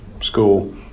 school